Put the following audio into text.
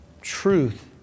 truth